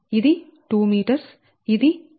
ఇది 2m ఇది 2m ఇది 2m